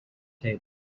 table